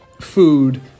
food